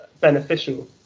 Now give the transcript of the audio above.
beneficial